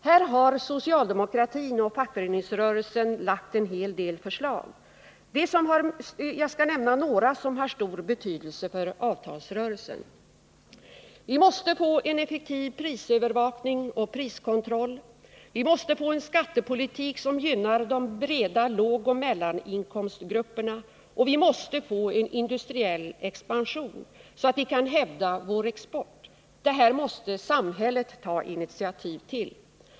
Här har socialdemokratin och fackföreningsrörelsen lagt fram en hel del förslag. Jag skall nämna några som har stor betydelse för avtalsrörelsen. Vi måste få en effektiv prisövervakning och priskontroll. Vi måste få en skattepolitik som gynnar de breda lågoch mellaninkomstgrupperna. Och vi måste få en industriell expansion så att vi kan hävda vår export. Detta måste samhället ta initiativ till.